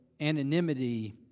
anonymity